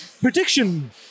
Prediction